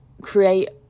create